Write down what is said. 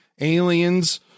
Aliens